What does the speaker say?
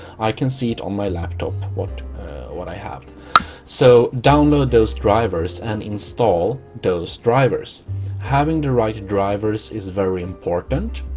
i can see it on my laptop what what i have so download those drivers and install those drivers having the right drivers is very important